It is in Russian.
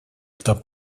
штаб